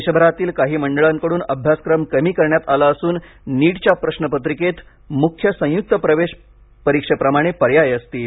देशभरातील काही मंडळांकडून अभ्यासक्रम कमी करण्यात आला असून नीटच्या प्रश्नपत्रिकेत मुख्य संयुक्त प्रवेश परीक्षेप्रमाणे पर्याय असतील